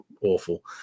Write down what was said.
awful